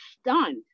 stunned